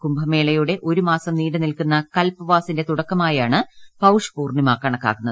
കുംഭമേളയുടെ ഒരു മാസം നീണ്ടു നിൽക്കുന്ന കല്പ് വാസിന്റെ തുടക്കമായാണ് പൌഷ് പൂർണിമ കണക്കാക്കുന്നത്